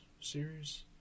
series